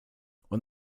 when